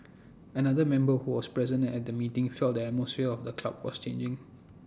another member who was present at the meeting felt the atmosphere of the club was changing